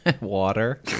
Water